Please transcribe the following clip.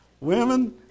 Women